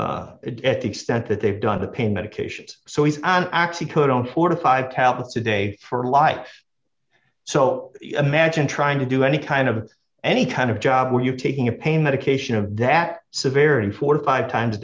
to the extent that they've done the pain medications so he's actually put on forty five tablets a day for life so imagine trying to do any kind of any kind of job where you're taking a pain medication of that severity four or five times a